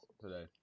today